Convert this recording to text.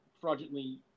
fraudulently